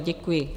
Děkuji.